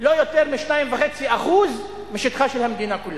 לא יותר מ-2.5% משטחה של המדינה כולה,